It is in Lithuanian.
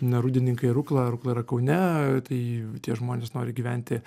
na rūdininkai rukla rukla yra kaune tai tie žmonės nori gyventi